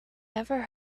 never